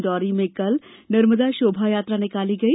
डिण्डोरी में कल नर्मदा शोभायात्रा निकाली गई